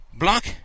Block